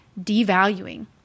devaluing